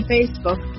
Facebook